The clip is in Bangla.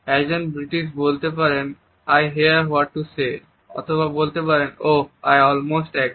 একজন ব্রিটিশ বলতে পারেন I hear what to say অথবা বলতে পারেন oh I almost agree